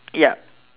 ya